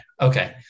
Okay